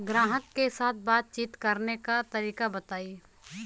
ग्राहक के साथ बातचीत करने का तरीका बताई?